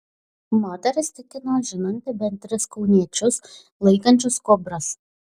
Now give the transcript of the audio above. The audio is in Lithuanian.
moteris tikino žinanti bent tris kauniečius laikančius kobras